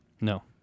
No